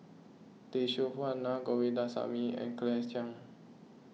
Tay Seow Huah Naa Govindasamy and Claire Chiang